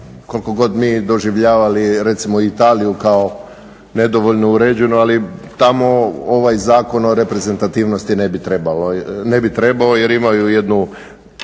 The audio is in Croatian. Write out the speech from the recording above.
koliko god mi doživljavali recimo Italiju kao nedovoljno uređenu, ali tamo ovaj Zakon o reprezentativnosti ne bi trebao jer imaju jednu